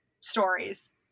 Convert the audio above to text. stories